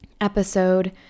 episode